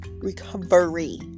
Recovery